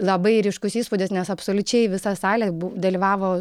labai ryškus įspūdis nes absoliučiai visa salė bu dalyvavo